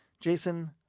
Jason